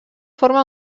forma